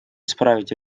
исправить